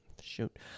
Shoot